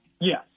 Yes